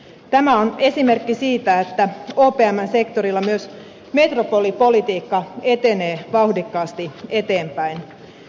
tämä on esimerkki siitä että opmn sektorilla myös metropolipolitiikka etenee vauhdikkaasti eteenpäin